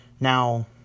Now